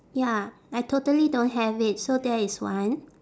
ya I totally don't have it so that is one